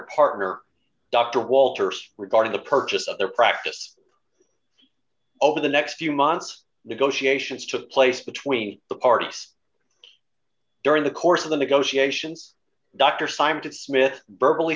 partner dr walters regarding the purchase of their practice over the next few months negotiations took place between the artists during the course of the negotiations dr simon of smith berkeley